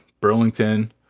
Burlington